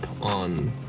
on